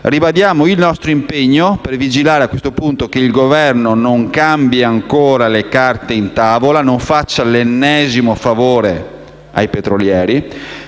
Ribadiamo il nostro impegno per vigilare affinché il Governo non cambi ancora le carte in tavola e non faccia l'ennesimo favore ai petrolieri,